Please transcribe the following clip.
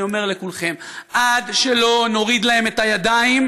ואני אומר לכולכם: עד שלא נוריד להם את הידיים